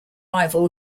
rival